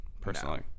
personally